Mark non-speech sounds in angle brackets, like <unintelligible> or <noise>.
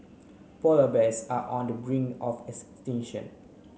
polar bears are on the bring of <unintelligible>